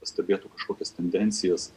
pastebėtų kažkokias tendencijas